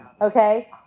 Okay